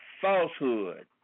falsehood